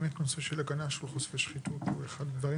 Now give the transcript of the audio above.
כל נושא של הגנה על חושפי שחיתות הוא אחד הדברים